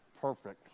Perfect